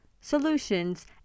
solutions